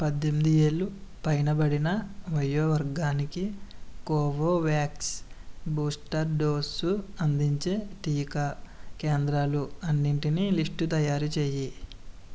పద్దెనిమిది ఏళ్ళు పైనబడిన వయో వర్గానికి కోవోవాక్స్ బూస్టర్ డోసు అందించే టికా కేంద్రాలు అన్నింటినీ లిస్ట్ తయారు చేయి